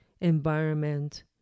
environment